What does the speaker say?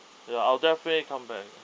ya I'll definitely come back